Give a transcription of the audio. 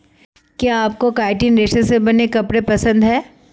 क्या आपको काइटिन रेशे से बने कपड़े पसंद है